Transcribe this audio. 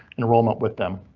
enrollment with them.